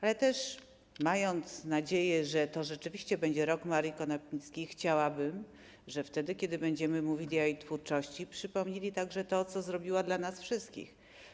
Ale mając nadzieję, że to rzeczywiście będzie Rok Marii Konopnickiej, chciałabym, żebyśmy wtedy, kiedy będziemy mówili o jej twórczości, przypomnieli także to, co zrobiła dla nas wszystkich.